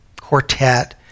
quartet